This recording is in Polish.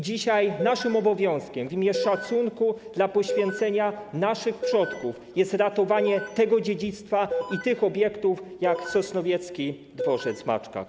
Dzisiaj naszym obowiązkiem - w imię szacunku dla poświęcenia naszych przodków - jest ratowanie dziedzictwa i takich obiektów jak sosnowiecki dworzec w Maczkach.